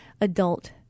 adult